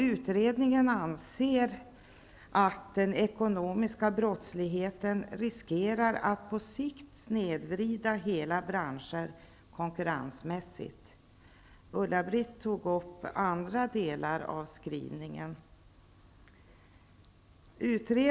Utredningen anser att den ekonomiska brottsligheten på sikt riskerar att snedvrida hela branscher konkurrensmässigt. Ulla Britt Åbark tog upp andra delar av skrivningen i rapporten.